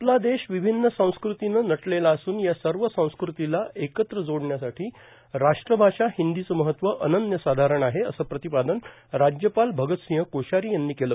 आपला देश विभिन्न संस्कृतीनं नटलेला असून या सर्व संस्कृतीला एकत्र जोडण्यासाठी राष्ट्रभाषा हिंदीचं महत्व अनन्यसाधारण आहे असं प्रतिपादन राज्यपाल भगत सिंह कोश्यारी यांनी केलं